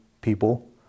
people